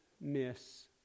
miss